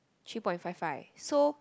three point five five so